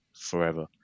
forever